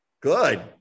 Good